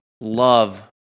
Love